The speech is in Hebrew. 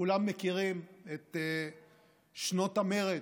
כולם מכירים את שנות המרד,